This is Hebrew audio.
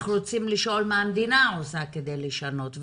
אנחנו רוצים לשאול מה המדינה עושה כדי לשנות.